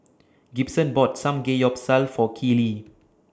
Gibson bought Samgeyopsal For Keely